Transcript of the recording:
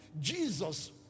Jesus